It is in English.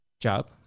job